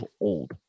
old